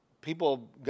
People